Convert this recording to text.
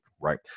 right